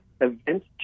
events